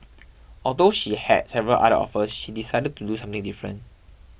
although she had several other offers she decided to do something different